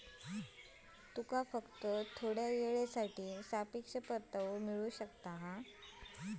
तुमका फक्त थोड्या येळेसाठी सापेक्ष परतावो मिळू शकता